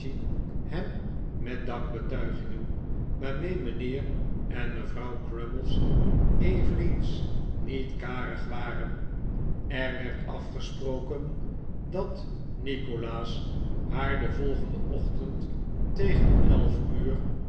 hem met dankbetuigingen waarmee mijnheer en mevrouw crummies eveneens niet karig waren er werd afgesproken dat nikolaas haar den volgenden ochtend tegen elf uur